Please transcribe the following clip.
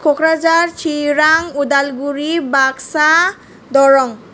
Kokrajhar Chirang Udalguri Baksa Darrang